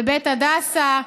בבית הדסה,